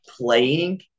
playing